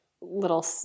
little